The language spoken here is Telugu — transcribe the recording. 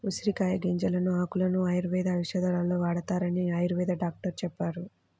ఉసిరికాయల గింజలను, ఆకులను ఆయుర్వేద ఔషధాలలో వాడతారని ఆయుర్వేద డాక్టరు చెప్పారు